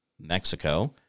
Mexico